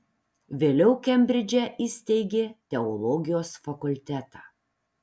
vėliau kembridže įsteigė teologijos fakultetą